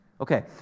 Okay